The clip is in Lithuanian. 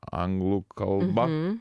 anglų kalba